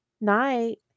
Night